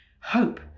Hope